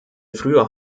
früher